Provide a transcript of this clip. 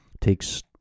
takes